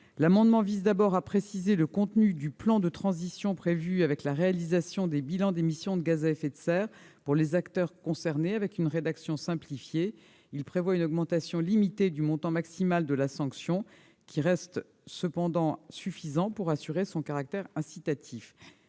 Il tend d'abord à préciser le contenu du plan de transition prévu, avec la réalisation des bilans d'émissions de gaz à effet de serre pour les acteurs concernés et une rédaction simplifiée. Il prévoit ensuite une augmentation limitée du montant maximal de la sanction, qui reste cependant suffisant pour assurer son caractère incitatif.